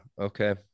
okay